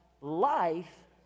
life